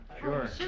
Sure